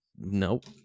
Nope